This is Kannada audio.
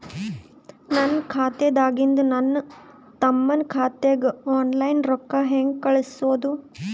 ನನ್ನ ಖಾತಾದಾಗಿಂದ ನನ್ನ ತಮ್ಮನ ಖಾತಾಗ ಆನ್ಲೈನ್ ರೊಕ್ಕ ಹೇಂಗ ಕಳಸೋದು?